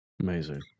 Amazing